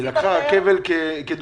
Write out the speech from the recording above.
היא לקחה את הרכבת כדוגמה.